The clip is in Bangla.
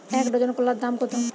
এক ডজন কলার দাম কত?